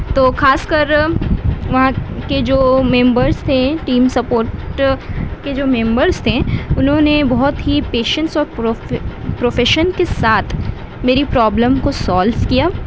تو خاص کر وہاں کے جو ممبرس تھے ٹیم سپورٹ کے جو ممبرس تھے انہوں نے بہت ہی پیشنس اور پر پروفیشن کے ساتھ میری پرابلم کو سولو کیا